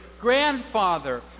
grandfather